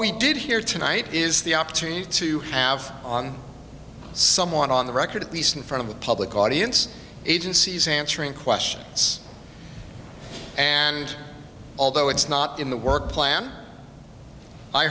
we did hear tonight is the opportunity to have on someone on the record at least in front of the public audience agencies answering questions and although it's not in the work plan i